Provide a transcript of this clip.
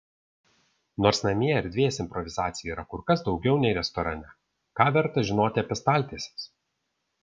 nors namie erdvės improvizacijai yra kur kas daugiau nei restorane ką verta žinoti apie staltieses